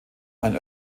ein